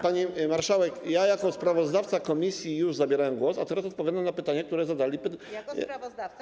Pani marszałek, jako sprawozdawca komisji już zabierałem głos, a teraz odpowiadam na pytania, które zostały zadane.